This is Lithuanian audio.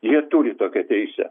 jie turi tokią teisę